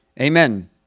Amen